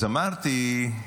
אז אמרתי,